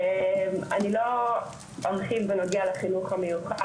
אני לא ארחיב בנוגע לחינוך המיוחד,